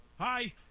Hi